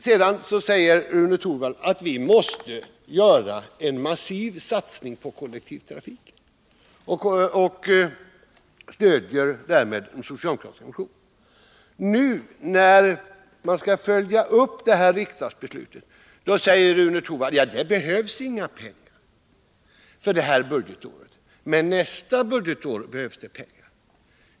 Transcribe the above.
Han sade vidare att vi måste göra en massiv satsning på kollektivtrafiken, och därmed gav han sitt stöd åt den socialdemokratiska motionen. När nu detta riksdagsbeslut skall följas upp säger Rune Torwald att det inte behövs några pengar för det här budgetåret. Nästa budgetår däremot behövs det pengar, sägar han.